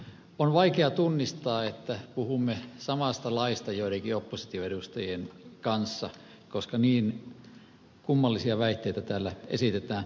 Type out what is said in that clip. on vaikea tunnistaa että puhumme samasta laista joidenkin opposition edustajien kanssa koska niin kummallisia väitteitä täällä esitetään